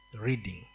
reading